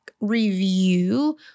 review